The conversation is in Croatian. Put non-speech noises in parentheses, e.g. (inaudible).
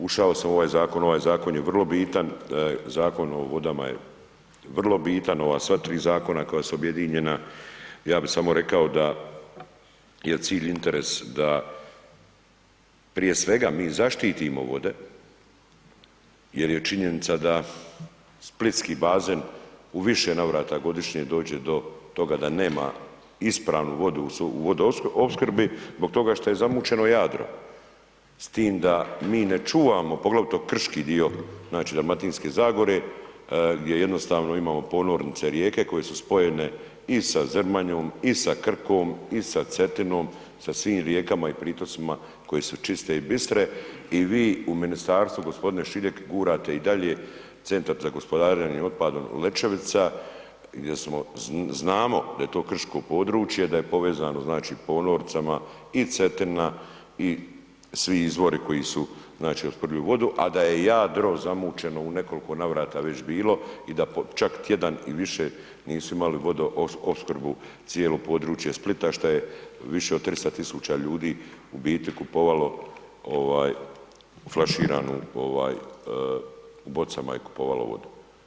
Ušao sam u ovaj zakon, ovaj zakon je vrlo bitan, Zakon o vodama je vrlo bitan, ova sva 3 zakona koja su objedinjena, ja bi samo rekao da je cilj i interes da prije svega mi zaštitimo vode jer je činjenica da splitski bazen u više navrata godišnje dođe do toga da nema ispravnu vodu u vodoopskrbi zbog toga što je zamućeno Jadro, s tim da mi ne čuvamo poglavito krški dio, znači, Dalmatinske zagore gdje jednostavno imamo ponornice rijeke koje su spojene i sa Zrmanjom i sa Krkom i sa Cetinom, sa svim rijekama i pritocima koje su čiste i bistre i vi u ministarstvu gospodine Šiljeg gurate i dalje Centar za gospodarenjem otpadom Lečevica gdje smo, znamo da je to krško područje, da je povezano znači ponornicama, i Cetina, i svi izvori koji su znači ... (unintelligible) vodu, a da je Jadro zamućeno u nekol'ko navrata već bilo i da po čak tjedan i više nisu imali vodoopskrbu, cijelo područje Splita šta je više od 300 tisuća ljudi, u biti kupovalo ovaj flaširanu, ovaj, u bocama je kupovalo vodu.